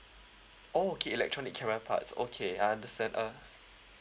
oh okay electronic camera parts okay I understand uh